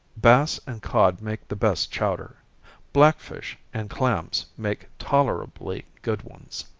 bass and cod make the best chowder black fish and clams make tolerably good ones.